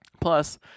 Plus